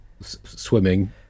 swimming